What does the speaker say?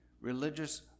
religious